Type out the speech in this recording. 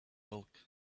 bulk